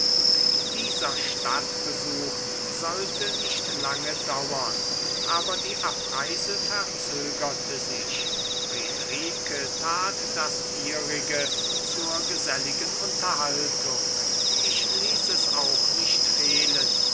dieser stadtbesuch sollte nicht lange dauern aber die abreise verzögerte sich friedrike tat das ihrige zur geselligen unterhaltung ich ließ es auch nicht fehlen